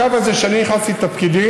הקו הזה, כשאני נכנסתי לתפקידי,